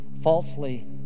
falsely